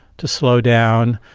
to slow down,